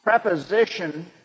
preposition